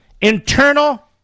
Internal